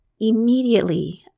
Immediately